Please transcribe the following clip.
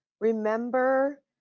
remember